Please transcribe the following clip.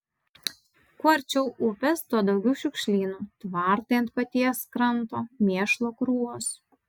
kuo arčiau upės tuo daugiau šiukšlynų tvartai ant paties kranto mėšlo krūvos